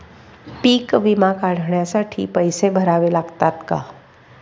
पीक विमा काढण्यासाठी पैसे भरावे लागतात का?